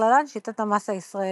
ובכללן שיטת המס הישראלית.